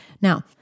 Now